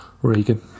Regan